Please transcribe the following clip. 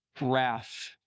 wrath